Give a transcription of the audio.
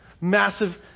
Massive